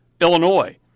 Illinois